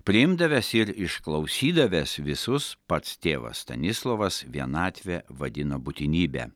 priimdavęs ir išklausydavęs visus pats tėvas stanislovas vienatvę vadino būtinybe